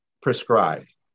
prescribed